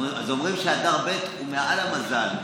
אז אומרים שאדר ב' הוא מעל המזל.